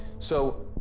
so,